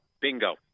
Bingo